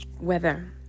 weather